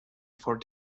for